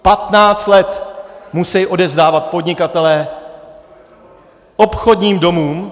Patnáct let musejí odevzdávat podnikatelé obchodním domům...